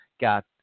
got